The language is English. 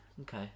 Okay